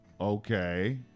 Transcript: Okay